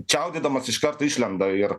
čiaudėdamas iškarto išlenda ir